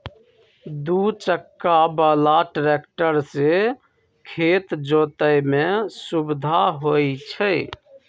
दू चक्का बला ट्रैक्टर से खेत जोतय में सुविधा होई छै